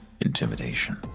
Intimidation